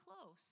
close